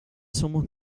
someone